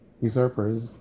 usurpers